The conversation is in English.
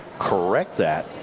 correct that,